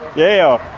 yeah,